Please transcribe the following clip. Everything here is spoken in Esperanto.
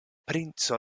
princo